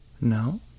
No